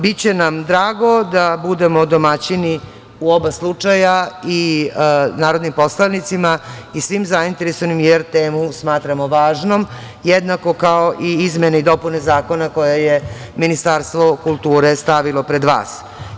Biće nam drago da budemo domaćini u oba slučaja i narodnim poslanicima i svim zainteresovanima, jer temu smatramo važnom jednako kao i izmene i dopune zakona koje je Ministarstvo kulture stavilo pred vas.